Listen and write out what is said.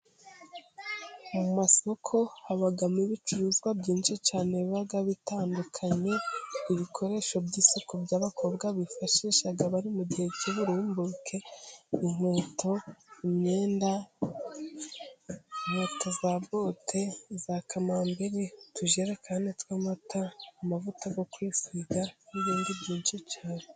Mu masoko hababomo ibicuruzwa byinshi cyane biba bitandukanye, ibikoresho by'isuku by'abakobwa bifashisha bari mu gihe cy'uburumburuke, inkweto, imyenda, inkweto zabote, za kamambiri, utujerekani tw' amata, amavuta yo kwisiga n'ibindi byinshi cyane.